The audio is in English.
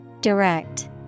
Direct